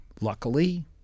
luckily